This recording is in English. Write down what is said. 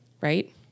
right